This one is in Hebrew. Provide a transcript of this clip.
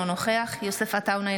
אינו נוכח יוסף עטאונה,